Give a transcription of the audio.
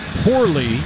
Poorly